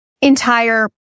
entire